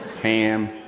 Ham